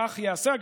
כך ייעשה.